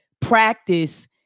practice